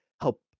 help